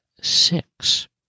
Six